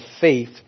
faith